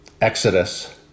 Exodus